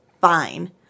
fine